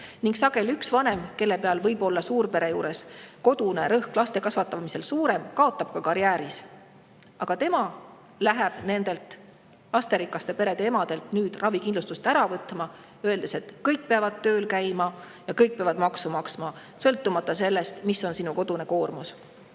Ning sageli üks vanem, kelle peal võib olla suurperes põhiline raskus laste kasvatamisel, kaotab oma karjääris. Aga minister läheb nendelt lasterikaste perede emadelt nüüd ravikindlustust ära võtma, öeldes, et kõik peavad tööl käima ja kõik peavad maksu maksma, sõltumata sellest, kui suur on kellegi kodune koormus.